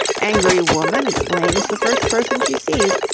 angry woman. blames the first person she sees.